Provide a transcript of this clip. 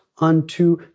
unto